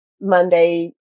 Monday